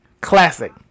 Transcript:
Classic